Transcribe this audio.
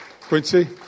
Quincy